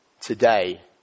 today